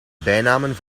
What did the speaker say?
bijnamen